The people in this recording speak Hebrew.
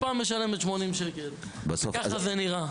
הקופה משלמת 80 שקל וככה זה נראה.